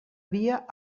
via